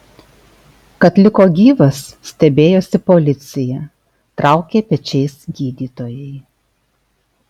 kad liko gyvas stebėjosi policija traukė pečiais gydytojai